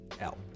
out